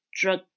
drug